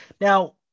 Now